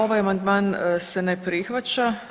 Ovaj amandman se ne prihvaća.